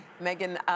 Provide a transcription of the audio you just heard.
Megan